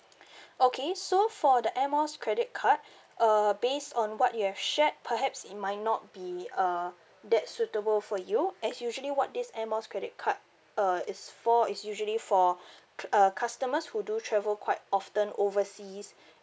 okay so for the airmiles credit card uh based on what you have shared perhaps it might not be uh that suitable for you as usually what this air miles credit card uh is for is usually for cus~ a customer who do travel quite often overseas